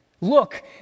Look